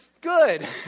good